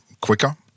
quicker